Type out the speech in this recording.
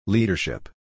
Leadership